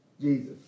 Jesus